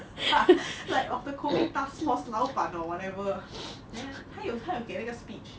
ya like of the COVID task force 老板 or whatever then 他有他有给了一个 speech